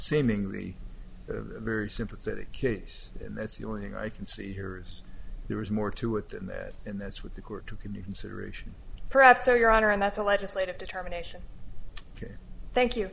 seemingly a very sympathetic case and that's the only thing i can see here is there was more to it than that and that's what the court too can you consideration perhaps or your honor and that's a legislative determination here thank you